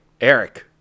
Eric